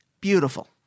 Beautiful